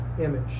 image